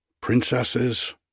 princesses